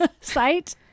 site